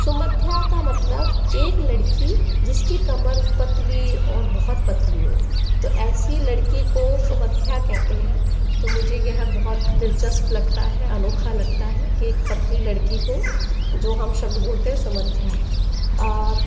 सुमध्या का मतलब एक लड़की जिसकी कमर पतली और बहुत पतली हो तो ऐसी लड़की को सुमध्या कहते हैं तो मुझे यह बहुत दिलचस्प लगता है अनोखा लगता है कि पतली लड़की को जो हम शब्द बोलते हैं सुमध्या आप